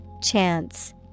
Chance